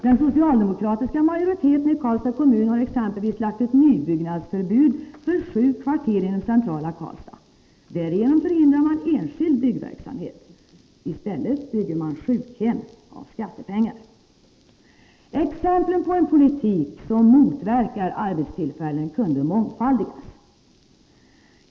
Den socialdemokratiska majoriteten i Karlstads kommun har exempelvis lagt fram ett nybyggnadsförbud för sju kvarter inom centrala Karlstad. Därigenom förhindrar man enskild byggverksamhet — i stället bygger man sjukhem med skattepengar. Exemplen på en politik som motverkar fler arbetstillfällen kunde mångfaldigas.